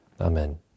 amen